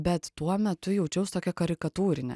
bet tuo metu jaučiaus tokia karikatūrinė